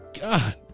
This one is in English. God